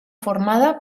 formada